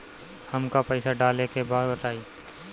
हमका पइसा डाले के बा बताई